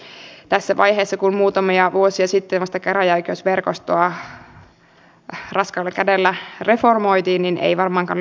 mutta tässä siuntion tapauksessa oppilaiden valtuuskunta kävi täällä kertomassa että heillä ei ole vaihtoehtoja